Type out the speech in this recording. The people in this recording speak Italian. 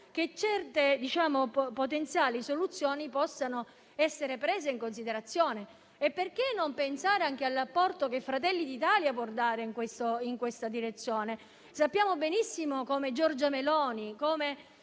certe potenziali soluzioni possano essere prese in considerazione. E perché non pensare anche all'apporto che Fratelli d'Italia può dare in questa direzione? Sappiamo benissimo come Giorgia Meloni